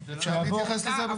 שיעבור --- אפשר להתייחס לזה?